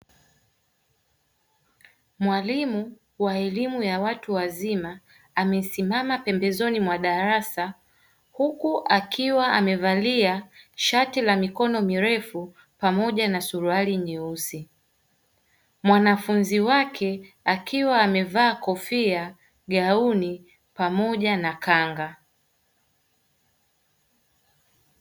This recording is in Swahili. Mwalimu wa elimu ya watu wazima amesimama pembezoni mwa darasa huku akiwa amevalia shati la mikono mirefu pamoja na suruali nyeusi mwanafunzi wake akiwa amevaa kofia, gauni pamoja na kanga.